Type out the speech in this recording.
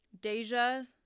Deja